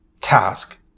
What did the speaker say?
task